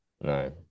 No